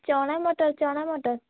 ଚଣା ମଟର ଚଣା ମଟର